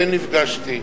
כן נפגשתי.